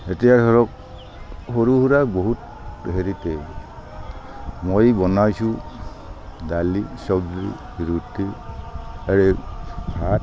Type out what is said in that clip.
এতিয়া ধৰক সৰু সুৰা বহুত হেৰিতে মই বনাইছোঁ দালি চবজি ৰুটি আৰু ভাত